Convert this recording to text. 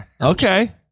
Okay